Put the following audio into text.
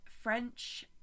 French